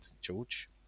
George